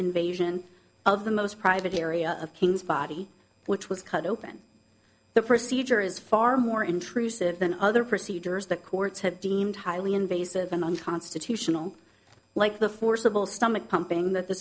invasion of the most private area of king's body which was cut open the procedure is far more intrusive than other procedures the courts have deemed highly invasive and unconstitutional like the forcible stomach pumping that the